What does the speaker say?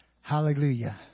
Hallelujah